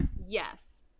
Yes